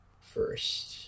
first